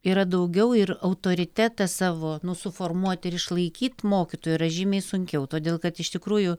yra daugiau ir autoritetą savo nu suformuot ir išlaikyt mokytojui yra žymiai sunkiau todėl kad iš tikrųjų